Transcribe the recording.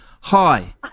Hi